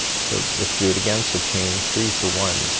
so let's do it again. so chain three. so one,